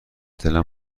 دلم